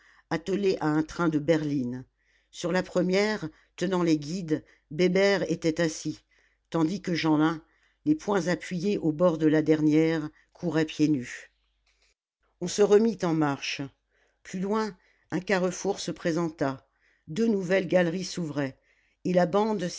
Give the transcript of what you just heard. attelé à un train de berlines sur la première tenant les guides bébert était assis tandis que jeanlin les poings appuyés au bord de la dernière courait pieds nus on se remit en marche plus loin un carrefour se présenta deux nouvelles galeries s'ouvraient et la bande